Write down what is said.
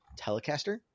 Telecaster